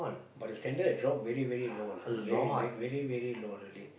but the standard is low very very low lah very very very low really